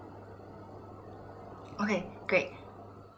okay great